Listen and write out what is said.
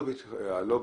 הלא-ביטחוניים,